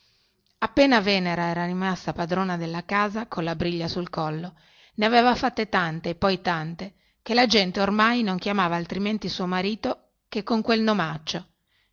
appena la nuora era rimasta padrona della casa e colla briglia sul collo ne aveva fatte tante e poi tante che la gente ormai non chiamava altrimenti suo marito che con quel